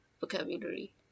vocabulary